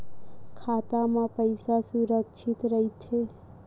खाता मा पईसा सुरक्षित राइथे?